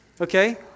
okay